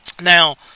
Now